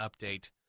update